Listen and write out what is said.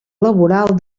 laboral